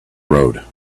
road